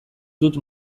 dut